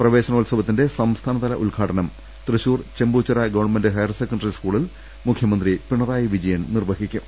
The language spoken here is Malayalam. പ്രവേശനോത്സവത്തിന്റെ സംസ്ഥാ നതല ഉദ്ഘാടനം Thrissur Chembuchira government higher secondary സ്കൂളിൽ മുഖ്യമന്ത്രി പിണറായി വിജയൻ നിർവ്വഹിക്കും